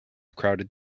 crowded